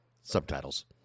subtitles